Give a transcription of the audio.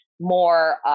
more